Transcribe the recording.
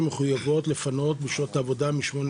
מחויבות לפנות בשעות 08:00